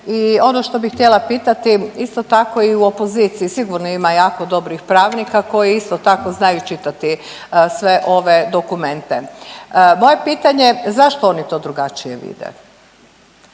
I ono što bi htjela pitati isto tako i u opoziciji sigurno ima jako dobrih pravnika koji isto tako znaju čitati sve ove dokumente. Moje pitanje je zašto oni to drugačije vide?